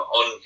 on